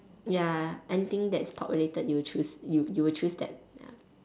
ya anything that is pork related you will choose you you will choose that ya